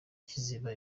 kiziba